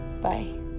Bye